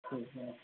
ठीक है